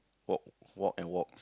walk walk and walk